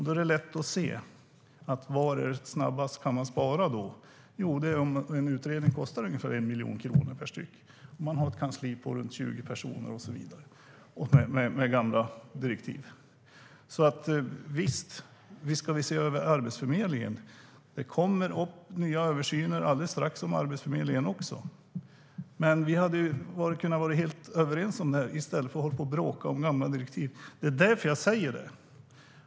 Då är det lätt att se var man snabbast kan spara. En utredning kostar ungefär 1 miljon kronor, och man har ett kansli på runt 20 personer med gamla direktiv. Visst ska vi se över Arbetsförmedlingen. Det kommer snart att ske nya översyner av Arbetsförmedlingen också. Men vi hade kunnat vara helt överens om detta i stället för att hålla på och bråka om gamla direktiv. Det är därför som jag säger detta.